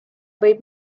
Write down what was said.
võib